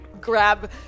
grab